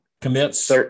commits